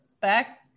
back